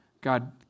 God